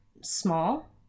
small